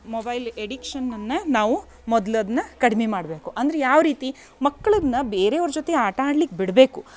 mobile ಎಡಿಕ್ಷನನ್ನು ನಾವು ಮೊದ್ಲು ಅದ್ನ ಕಡ್ಮೆ ಮಾಡಬೇಕು ಅಂದ್ರೆ ಯಾವ ರೀತಿ ಮಕ್ಳನ್ನು ಬೇರೆಯವ್ರ ಜೊತೆ ಆಟ ಆಡ್ಲಿಕ್ಕೆ ಬಿಡಬೇಕು